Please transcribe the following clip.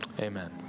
Amen